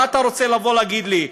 מה אתה רוצה לבוא להגיד לי?